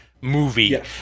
movie